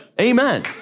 Amen